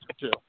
two